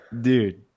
Dude